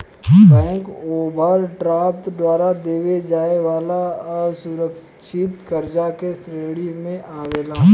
bank overdraft द्वारा देवे जाए वाला असुरकछित कर्जा के श्रेणी मे आवेला